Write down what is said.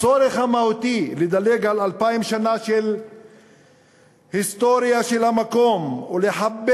הצורך המהותי לדלג על אלפיים שנה של ההיסטוריה של המקום ולחבר